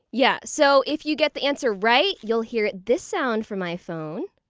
yeah so if you get the answer right, you'll hear this sound from my phone.